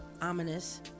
ominous